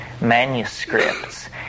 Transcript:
manuscripts